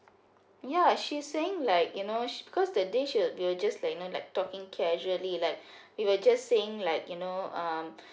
ya she saying like you know she cause that day she were we were just like you know talking casually like we were just saying like you know um